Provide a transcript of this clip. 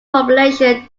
population